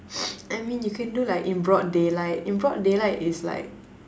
I mean you can do like in broad daylight in broad daylight is like